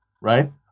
right